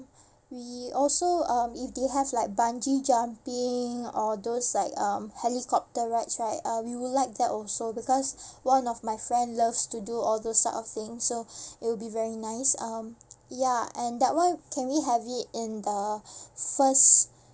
we also um if they have like bungee jumping or those like um helicopter rides right uh we would like that also because one of my friend loves to do all those type of thing so it'll be very nice um ya and that [one] can we have it in the first